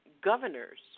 governors